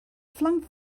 flung